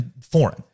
foreign